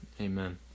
Amen